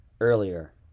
earlier